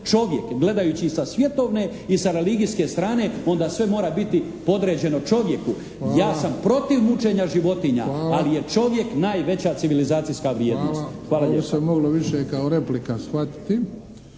čovjek, gledajući sa svjetovne i sa religijske strane onda sve mora biti podređeno čovjeku. Ja sam protiv mučenja životinja, ali je čovjek najveća civilizacijska vrijednost. **Bebić,